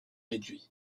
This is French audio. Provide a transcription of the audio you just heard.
réduits